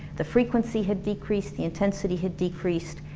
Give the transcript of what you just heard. the frequency had decreased, the intensity had decreased,